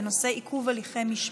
בנושא: עיכוב הליכי משפט.